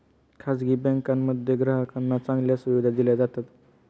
खासगी बँकांमध्ये ग्राहकांना चांगल्या सुविधा दिल्या जातात